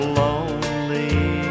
lonely